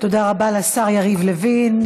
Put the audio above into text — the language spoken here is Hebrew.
תודה רבה לשר יריב לוין.